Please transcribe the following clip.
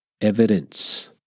evidence